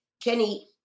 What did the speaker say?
Jenny